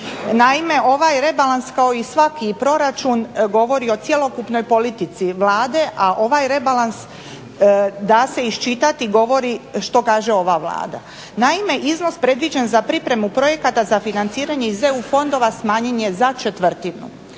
Naime, ovaj rebalans kao i svaki proračun govori o cjelokupnoj politici Vlade, a ovaj rebalans da se iščitati govori što kaže ova Vlada. Naime, iznos predviđen za pripremu projekata za financiranje iz EU fondova smanjen je za četvrtinu.